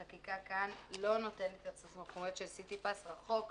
החקיקה כאן לא נותנת --- של סיטי פס, רחוק מאוד,